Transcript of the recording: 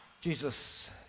Jesus